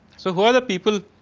so, who are the people,